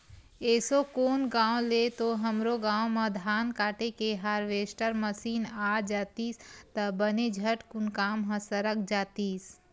एसो कोन गाँव ले तो हमरो गाँव म धान काटे के हारवेस्टर मसीन आ जातिस त बने झटकुन काम ह सरक जातिस